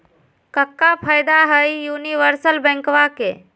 क्का फायदा हई यूनिवर्सल बैंकवा के?